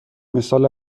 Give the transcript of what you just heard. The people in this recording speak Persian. مثال